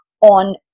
on